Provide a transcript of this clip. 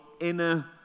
inner